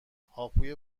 هاپوی